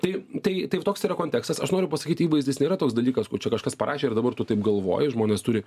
tai tai tai toks yra kontekstas aš noriu pasakyt įvaizdis nėra toks dalykas kur čia kažkas parašė ir dabar tu taip galvoji žmonės turi